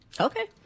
Okay